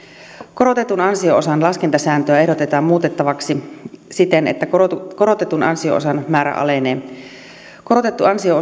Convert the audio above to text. korotetun ansio osan laskentasääntöä ehdotetaan muutettavaksi siten että korotetun korotetun ansio osan määrä alenee korotettu ansio